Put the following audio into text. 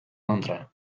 mantra